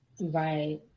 Right